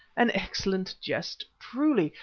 an excellent jest, truly,